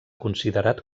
considerat